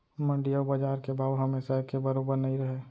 मंडी अउ बजार के भाव हमेसा एके बरोबर नइ रहय